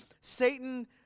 Satan